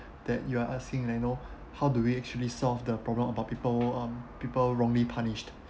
that you are asking like you know how do we actually solve the problem about people um people wrongly punished